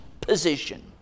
position